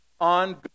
on